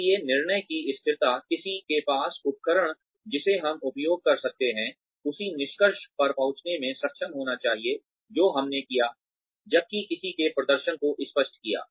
इसलिए निर्णय की स्थिरता किसी के पास उपकरण जिसे हम उपयोग कर रहे हैं उसी निष्कर्ष पर पहुंचने में सक्षम होना चाहिए जो हमने किया जबकि किसी के प्रदर्शन को स्पष्ट किया